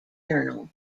journal